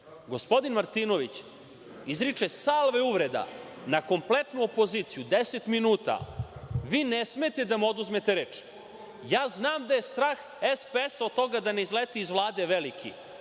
Gospodin Martinović, izriče sve ove uvrede na kompletnu opoziciju, deset minuta, vi ne smete da mu oduzmete reč. Znam da je strah SPS od toga da ne izleti iz Vlade veliki,